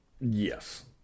yes